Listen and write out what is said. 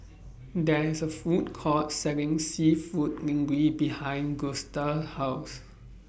There IS A Food Court Selling Seafood Linguine behind Gusta House